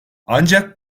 ancak